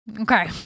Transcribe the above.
Okay